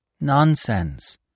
Nonsense